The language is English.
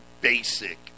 basic